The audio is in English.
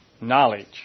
knowledge